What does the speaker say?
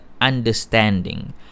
understanding